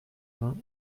vingt